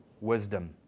wisdom